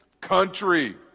country